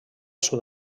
sud